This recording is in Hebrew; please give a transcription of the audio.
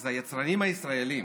אז היצרנים הישראליים,